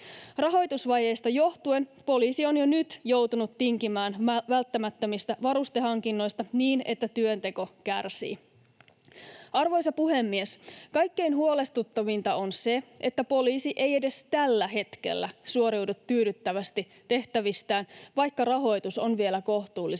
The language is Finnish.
Rahoitusvajeesta johtuen poliisi on jo nyt joutunut tinkimään välttämättömistä varustehankinnoista niin, että työnteko kärsii. Arvoisa puhemies! Kaikkein huolestuttavinta on se, että poliisi ei edes tällä hetkellä suoriudu tyydyttävästi tehtävistään, vaikka rahoitus on vielä kohtuullisella